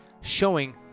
showing